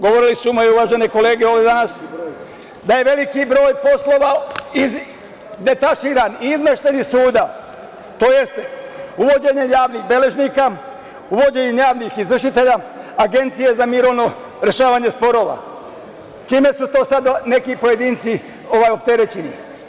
Govorile su moje uvažene kolege ovde danas da je veliki broj poslova detaširan, izmešten iz suda, to jest uvođenje javnih beležnika, uvođenje javnih izvršitelja, Agencije za mirovno rešavanje sporova, čime su to sad neki pojedinci opterećeni.